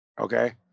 Okay